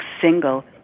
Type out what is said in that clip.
single